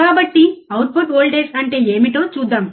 కాబట్టి output voltage అంటే ఏమిటో చూద్దాం